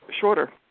shorter